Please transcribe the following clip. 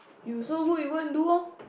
you so good you go and do lor